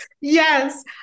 Yes